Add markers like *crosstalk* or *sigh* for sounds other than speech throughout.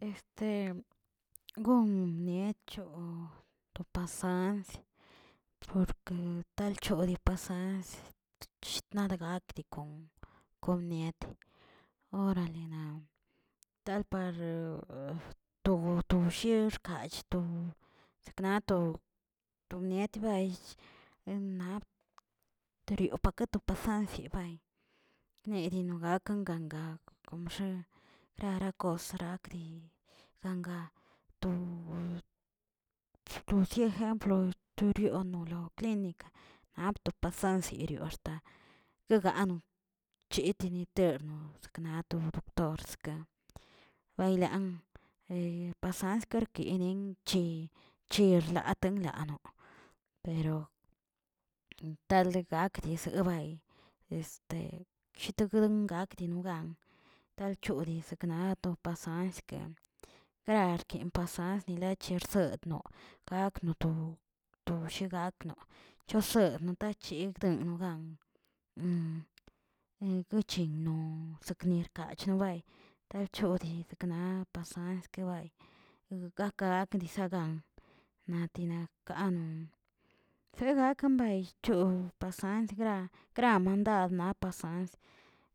Este gon niecho to pasansə, por ke talcholi pasansə, chid nad gaki gakon- kon mnieti orale na tal parə tob tobshier lach to sakna to to bniet baych enaprioke to pasansi bay, nedi non gakan gangay gomxe rara kos rakdi ganga to- to zieꞌ jemplotorioꞌ noloklinika, nap to pasans zirioaxtə guegano cheteni ternozə naꞌ to doctorzə baylan *hesitation* pasasnsə guerkini chir- chirlatinlano, perotal gakə desibay, este shitunungak gak dinogan tal choni di sikna to pasanske gararki pasans nilachersetnoꞌo gakno to- to bshegakno toser natarchi ten nogan, *hesitation* eguchinnon saknir kachanabay da chodid sakna panske bay, gake gak nisaꞌ gan, natina kaꞌnon segak kambay cho pasans gra- gramandad nap pasasns,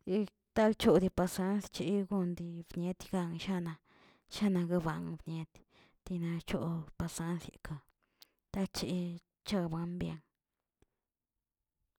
yid tachodi pasans che gon yibnieti gan shana, shana gabam mniet, tina chob p'zan likan tacher chowen byen-